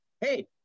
hey